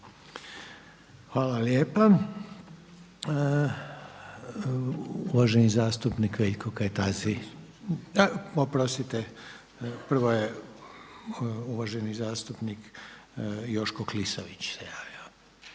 prvo je uvaženi zastupnik Joško Klisović se javio.